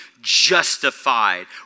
justified